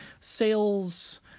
sales